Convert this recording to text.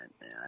man